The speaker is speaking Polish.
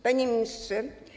Panie Ministrze!